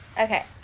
Okay